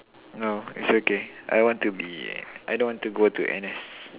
no it's okay I want to be I don't want to go to N_S